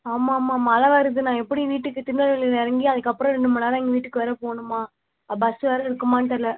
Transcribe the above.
ஆமாம்மா மழை வருது நான் எப்படி வீட்டுக்கு திருநெல்வேலியில் இறங்கி அதுக்கப்புறம் ரெண்டு மணி நேரம் எங்கள் வீட்டுக்கு வேறு போகணும்மா பஸ் வேறு இருக்குமானு தெரில